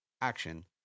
action